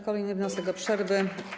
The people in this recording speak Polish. Kolejny wniosek o przerwę.